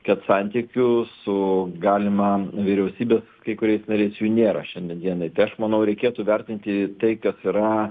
kad santykių su galima vyriausybės kai kuriais nariais jų nėra šiandien dienai tai aš manau reikėtų vertinti tai kas yra